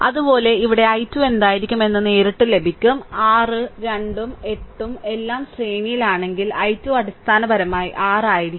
അതുപോലെ ഇവിടെ i2 എന്തായിരിക്കുമെന്ന് നേരിട്ട് ലഭിക്കും 6 2 ഉം 8 ഉം എല്ലാം ശ്രേണിയിലാണെങ്കിൽ i2 അടിസ്ഥാനപരമായി r ആയിരിക്കും